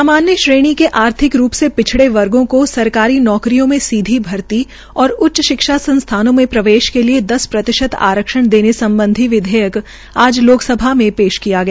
सामान्य श्रेणी के आर्थिक रूप से पिछड़े वर्गो को सरकारी नौकरियों में सीधी भर्ती और उच्च शिक्षा संस्थानों में प्रवेश के लिये दस प्रतिशत आरक्षण देने सम्बधी विधेयक आज लोकसभा में पेश किया गया